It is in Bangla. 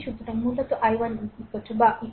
সুতরাং মূলত i1 বা i1